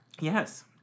Yes